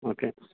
okay